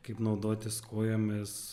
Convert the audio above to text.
kaip naudotis kojomis